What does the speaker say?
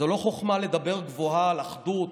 זו לא חוכמה לדבר גבוה על אחדות,